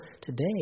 today